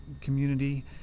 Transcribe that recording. community